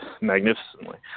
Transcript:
magnificently